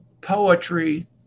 poetry